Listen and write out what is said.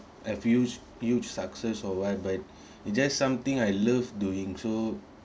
a hu~ huge success or what but it's just something I love doing so